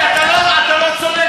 כבוד השר,